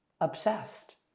obsessed